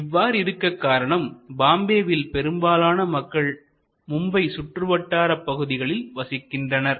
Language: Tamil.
இவ்வாறு இருக்க காரணம் பாம்பேவில் பெரும்பாலும் மக்கள் மும்பை சுற்றுவட்டார பகுதிகளில் வசிக்கின்றனர்